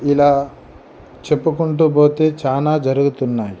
ఇలా చెప్పుకుంటూ పోతే చానా జరుగుతున్నాయి